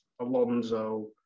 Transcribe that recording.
Alonso